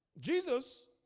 Jesus